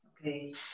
Okay